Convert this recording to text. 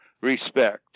respect